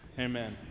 Amen